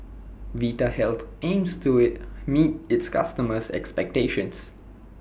Vitahealth aims to IT meet its customers' expectations